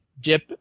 dip